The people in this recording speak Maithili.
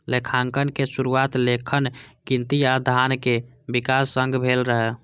लेखांकनक शुरुआत लेखन, गिनती आ धनक विकास संग भेल रहै